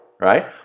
right